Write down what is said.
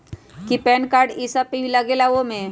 कि PAN card इ सब भी लगेगा वो में?